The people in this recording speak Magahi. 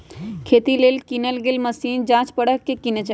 खेती लेल किनल गेल मशीन जाच परख के किने चाहि